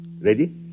Ready